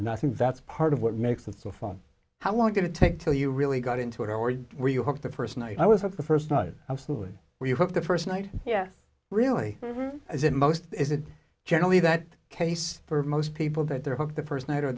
and i think that's part of what makes it so fun how long did it take till you really got into it or were you hooked the first night i was of the first night absolutely where you have the first night yeah really as in most is it generally that case for most people that they're hooked the first night or